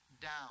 down